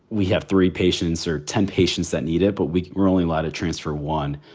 we have three patients or ten patients that need it, but we really lot of transfer one.